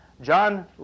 John